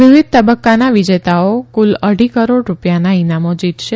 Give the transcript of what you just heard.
વિવિધ તબકકાના વિજેતાઓ કુલ અઢી કરોડ રૂપિયાના ઇનામો જીતશે